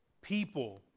People